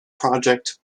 project